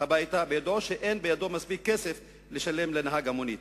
ביודעו שאין בידו מספיק כסף לשלם לנהג המונית.